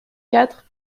quatre